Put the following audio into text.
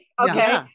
okay